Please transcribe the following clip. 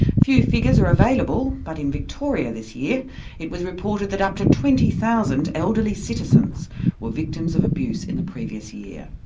few figures are available but in victoria this year it was reported that up to twenty thousand elderly citizens were victims of abuse in the previous year.